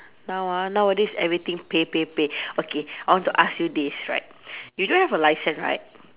now ah nowadays everything pay pay pay okay I want to ask you this right you don't have a licence right